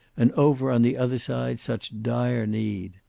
and over on the other side such dire need!